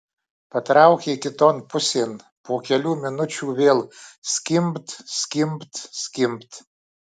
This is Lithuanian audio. patraukė kiton pusėn po kelių minučių vėl skimbt skimbt skimbt